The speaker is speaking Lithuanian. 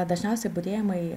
dažniausiai budėjimai